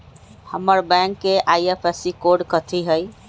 हमर बैंक के IFSC code कथि हई?